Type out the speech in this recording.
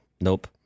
nope